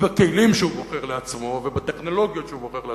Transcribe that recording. ובתהילים שהוא בוחר לעצמו ובטכנולוגיות שהוא בוחר לעצמו,